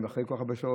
אחרי כל כך הרבה שעות,